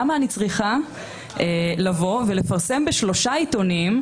למה אני צריכה לפרסם בשלושה עיתונים,